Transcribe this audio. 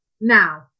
now